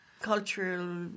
cultural